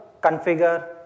configure